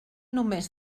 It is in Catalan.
només